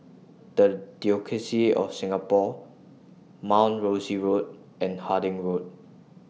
The Diocese of Singapore Mount Rosie Road and Harding Road